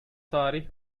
tarih